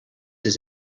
his